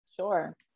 Sure